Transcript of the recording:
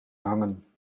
hangen